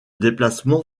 déplacement